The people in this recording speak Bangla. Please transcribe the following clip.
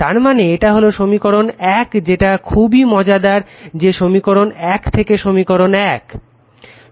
তার মানে এটা হলো সমীকরণ 1 এটা খুবই মজাদার যে সমীকরণ 1 থেকে সমীকরণ 1